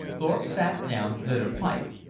thorpe sat down, lit a pipe,